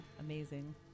amazing